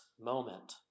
moment